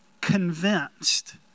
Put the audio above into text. convinced